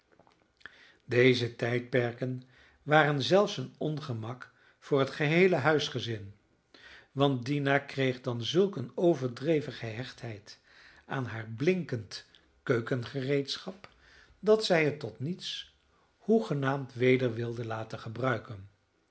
deze tijdperken waren zelfs een ongemak voor het geheele huisgezin want dina kreeg dan zulk eene overdreven gehechtheid aan haar blinkend keukengereedschap dat zij het tot niets hoegenaamd weder wilde laten gebruiken